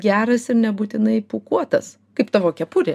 geras ir nebūtinai pūkuotas kaip tavo kepurė